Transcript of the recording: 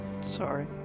Sorry